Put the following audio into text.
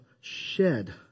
shed